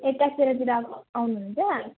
एक्काइस तारिकतिर आउनु आउनुहुन्छ